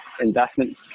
investment